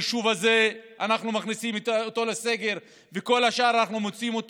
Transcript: היישוב הזה לסגר ואת כל השאר מוציאים,